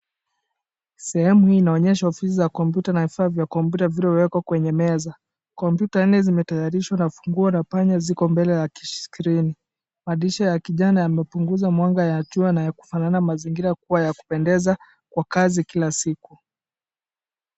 Sehemu hii inaonyesha sehemu ya kompyuta na vifaa vya kompyuta vilivyowekwa kwenye meza. Kompyuta nne zimetayarishwa na funguo na panya ziko mbele ya skrini. Madirisha ya kijani yamepunguza mwanga ya jua na ya kufanana mazingira kuwa ya kupendeza kwa kazi kila siku.